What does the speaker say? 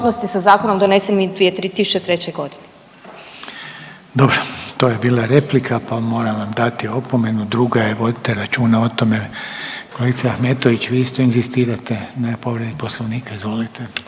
sa zakonom donesenim 2003. godine. **Reiner, Željko (HDZ)** Dobro, to je bila replika pa moram vam dati opomenu, druga je vodite računa o tome. Kolegice Ahmetović vi isto inzistirate na povredi Poslovnika. Izvolite.